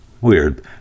Weird